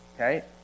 okay